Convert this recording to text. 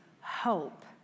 hope